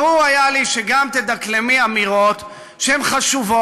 גם ברור היה לי שתדקלמי אמירות שהן חשובות,